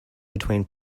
between